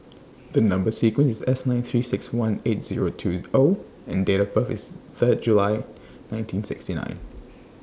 The Number sequence IS S nine three six one eight Zero two O and Date of birth IS Third July nineteen sixty nine